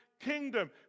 kingdom